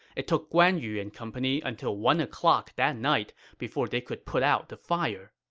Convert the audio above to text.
it took guan yu and company until one o'clock that night before they could put out the fire